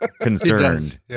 concerned